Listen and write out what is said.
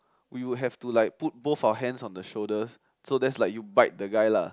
we would have to like put both our hands on the shoulders so that's like you bite the guy lah